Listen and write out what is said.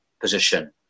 position